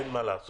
אין מה לעשות.